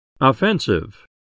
Offensive